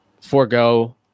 forego